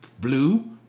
blue